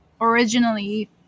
Originally